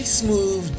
smooth